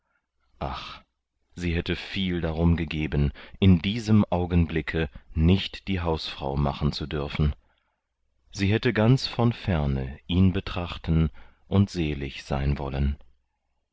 sie hätte viel darum gegeben in diesem augenblicke nicht die hausfrau machen zu dürfen sie hätte ganz von ferne ihn betrachten und selig sein wollen